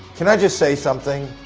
can i just say something?